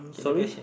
sorry